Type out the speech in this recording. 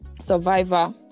Survivor